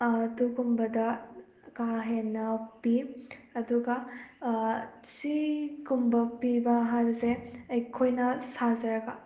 ꯑꯗꯨꯒꯨꯝꯕꯗ ꯀꯥ ꯍꯦꯟꯅ ꯄꯤ ꯑꯗꯨꯒ ꯁꯤꯒꯨꯝꯕ ꯄꯤꯕ ꯍꯥꯏꯕꯁꯦ ꯑꯩꯈꯣꯏꯅ ꯁꯥꯖꯔꯒ